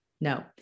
No